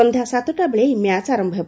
ସନ୍ଧ୍ୟା ସାତଟା ବେଳେ ଏହି ମ୍ୟାଚ୍ ଆରମ୍ଭ ହେବ